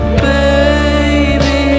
baby